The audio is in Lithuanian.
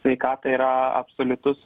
sveikatą yra absoliutus